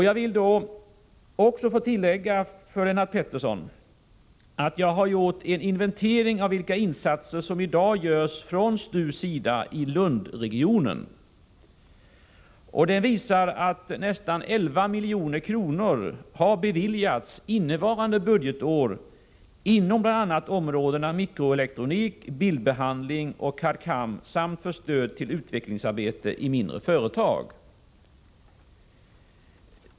Jag vill tillägga för Lennart Pettersson att jag har gjort en inventering av vilka insatser som i dag görs från STU:s sida i Lundregionen. Den visar att nästan 11 milj.kr. har beviljats innevarande budgetår inom bl.a. områdena mikroelektronik, bildbehandling och CAD/CAM samt för stöd till utvecklingsarbete i mindre företag.